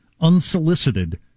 unsolicited